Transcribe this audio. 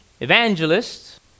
evangelists